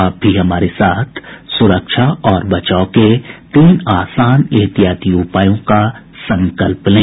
आप भी हमारे साथ सुरक्षा और बचाव के तीन आसान एहतियाती उपायों का संकल्प लें